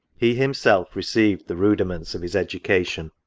he himself received the rudiments of his education.